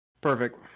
Perfect